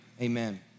amen